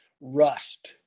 rust